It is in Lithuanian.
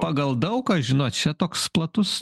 pagal daug ką žinot čia toks platus